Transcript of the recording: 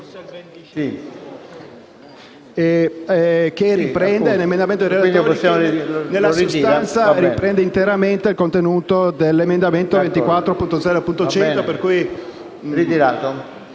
riprende interamente il contenuto dell'emendamento 24.0.100,